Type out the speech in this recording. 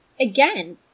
again